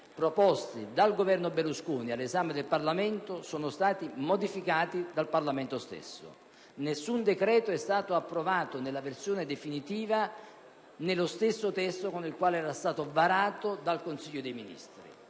proposti dal Governo Berlusconi all'esame del Parlamento sono stati modificati dal Parlamento stesso. Nessun decreto è stato approvato nella versione definitiva nello stesso testo con il quale era stato varato dal Consiglio dei ministri.